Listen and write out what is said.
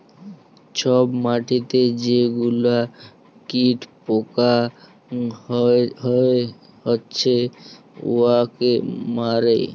ছব মাটিতে যে গুলা কীট পকা হছে উয়াকে মারে